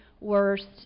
worst